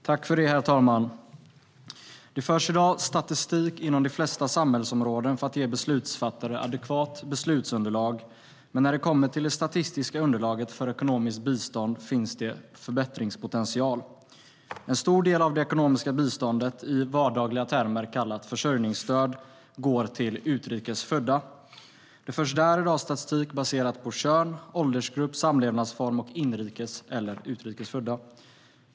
Herr talman! Det förs i dag statistik inom de flesta samhällsområden för att ge beslutsfattare adekvat beslutsunderlag, men när det kommer till det statistiska underlaget för ekonomiskt bistånd finns det förbättringspotential. En stor del av det ekonomiska biståndet - i vardagliga termer kallat försörjningsstöd - går till utrikesfödda. Där förs i dag statistik baserad på kön, åldersgrupp, samlevnadsform och inrikes eller utrikesfödda.